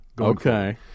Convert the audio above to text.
Okay